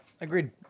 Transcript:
agreed